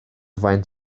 faint